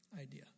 idea